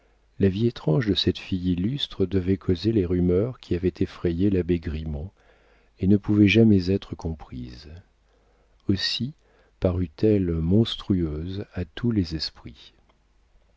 la vie étrange de cette fille illustre devait causer les rumeurs qui avaient effrayé l'abbé grimont et ne pouvait jamais être comprise aussi parut elle monstrueuse à tous les esprits